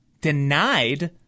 denied